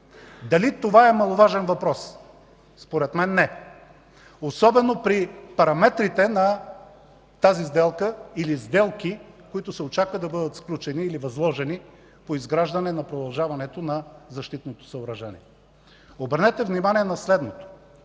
Дали това е маловажен въпрос? Според мен не, особено при параметрите на тази сделка или сделки, които се очаква да бъдат сключени или възложени по изграждане на продължаването на защитното съоръжение. Обърнете внимание на следното.